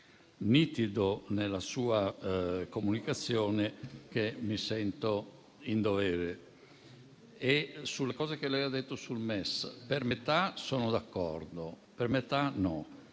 nitido, nella sua comunicazione, che mi sento in dovere di farlo. Sulle cose che lei ha detto sul MES, per metà sono d'accordo, per metà no.